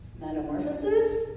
Metamorphosis